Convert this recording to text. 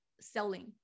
selling